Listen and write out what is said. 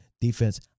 defense